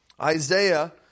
Isaiah